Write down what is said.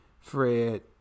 Fred